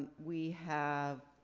we have,